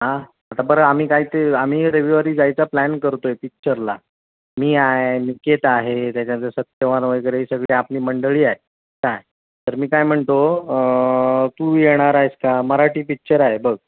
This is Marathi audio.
हां आता बरं आम्ही काय ते आम्ही रविवारी जायचा प्लॅन करतो आहे पिच्चरला मी आहे निकेत आहे त्याच्यानंतर सत्यवान वगैरे सगळी आपली मंडळी आहे काय तर मी काय म्हणतो तू येणार आहेस का मराठी पिक्चर आहे बघ